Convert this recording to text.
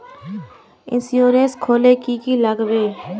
Insurance खोले की की लगाबे?